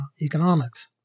economics